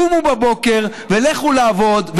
קומו בבוקר ולכו לעבוד,